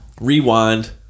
rewind